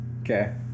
okay